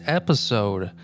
episode